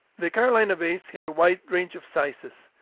the carolina bays have a wide range of sizes.